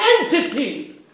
entity